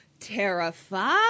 Terrified